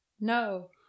No